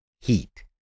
heat